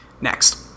Next